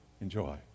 enjoy